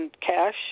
cash